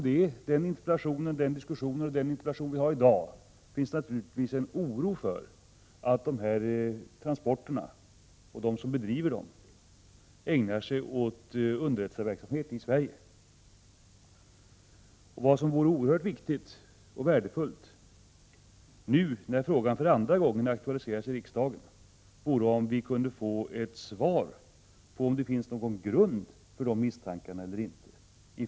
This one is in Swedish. Grunden till Gudrun Norbergs initiativ liksom till den interpellation vi debatterar i dag är naturligtvis en oro för att de som utför de här transporterna ägnar sig åt underrättelseverksamhet i Sverige. Oerhört viktigt och värdefullt vore, när frågan nu för andra gången aktualiserats i riksdagen, om vi från regeringens sida kunde få ett svar på om det finns någon grund för dessa misstankar eller inte.